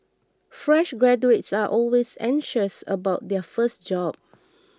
fresh graduates are always anxious about their first job